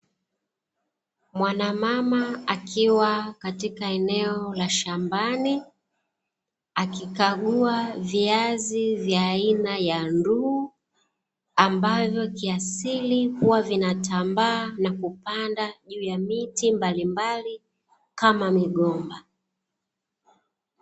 Mwanamama akiwa katika eneo la shambani, akikagua viazi vya aina ya nduu, ambavyo kiasili huwa vinatambaa na kupanda juu ya miti mbalimbali, kama migomba.